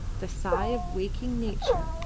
the sigh of waking nature,